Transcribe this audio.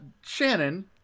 Shannon